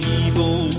evil